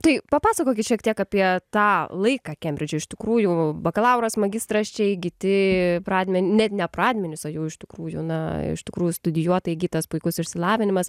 tai papasakokit šiek tiek apie tą laiką kembridže iš tikrųjų bakalauras magistras čia įgyti pradmen net ne pradmenys o jau iš tikrųjų na iš tikrųjų studijuota įgytas puikus išsilavinimas